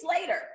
later